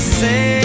say